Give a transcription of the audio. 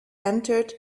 entered